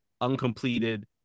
uncompleted